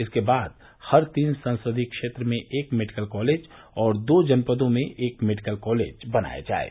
इसके बाद हर तीन संसदीय क्षेत्र में एक मेडिकल कॉलेज और दो जनपदों में एक मेडिकल कॉलेज बनाया जाये